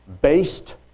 based